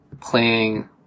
playing